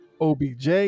OBJ